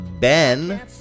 Ben